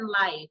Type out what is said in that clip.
life